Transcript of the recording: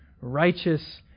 righteous